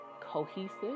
cohesive